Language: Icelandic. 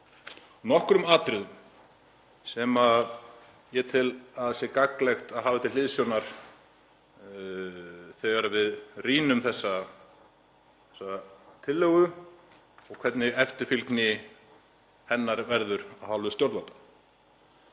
nokkrum atriðum sem ég tel að sé gagnlegt að hafa til hliðsjónar þegar við rýnum þessa tillögu og hvernig eftirfylgni hennar verður af hálfu stjórnvalda.